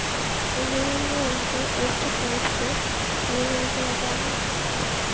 ಇಳುವರಿಯೊಳಗ ಎಷ್ಟ ಟೈಪ್ಸ್ ಇಳುವರಿಗಳಾದವ